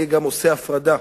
אני עושה הפרדה,